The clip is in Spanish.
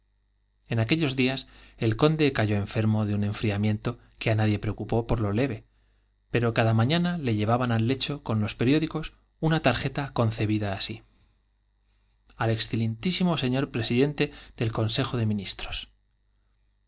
en aquellos días el conde cayó enfermo de un enfriamiento que á nadie preocupó por lo leve pero cada mañana le llevaban al lecho con los periódicos una tarjeta concebida así l al excmo sr presidente del consejo de ministros